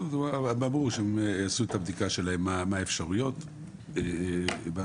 ברור שהם יעשו את הבדיקה שלהם מה האפשרויות --- מהמשטרה